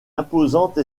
imposante